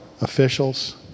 officials